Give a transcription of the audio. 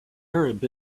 arab